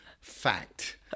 fact